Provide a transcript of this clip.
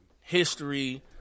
history